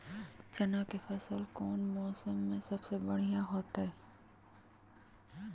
चना के फसल कौन मौसम में सबसे बढ़िया होतय?